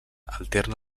alterna